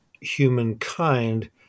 humankind